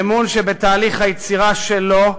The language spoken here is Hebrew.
אמון שבתהליך היצירה שלו,